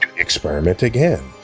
experiment again.